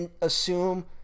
assume